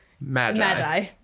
magi